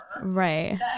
Right